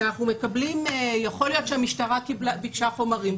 יכול להיות שהמשטרה ביקשה חומרים,